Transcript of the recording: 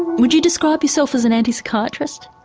would you describe yourself as an anti-psychiatrist?